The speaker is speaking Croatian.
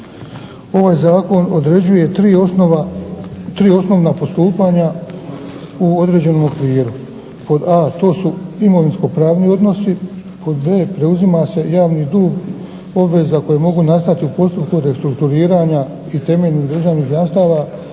Ovaj zakon određuje tri osnovna postupanja u određenom okviru. Pod a) to su imovinsko-pravni odnosi, pod b) preuzima se javni dug obveza koje mogu nastati u postupku restrukturiranja i temeljnih državnih jamstava